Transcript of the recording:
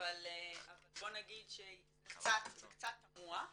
אבל בוא נגיד שזה קצת תמוה,